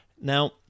Now